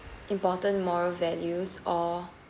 important moral values or